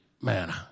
man